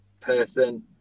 person